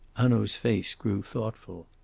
hanaud's face grew thoughtful.